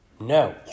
No